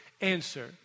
answer